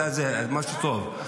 את מה שטוב.